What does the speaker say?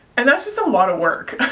and that just a lot of work,